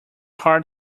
heart